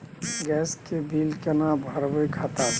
Gas के bill केना भरबै खाता से?